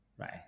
right